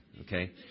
Okay